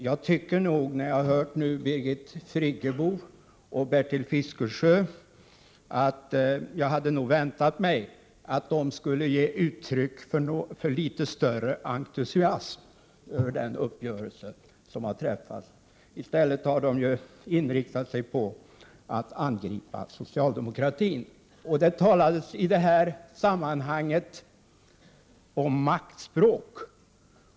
Jag hade nog väntat mig att Birgit Friggebo och Bertil Fiskesjö här skulle ha gett uttryck för litet större entusiasm över den uppgörelse som har träffats. I stället har de inriktat sig på att angripa socialdemokratin. Det talades i detta sammanhang om maktspråk.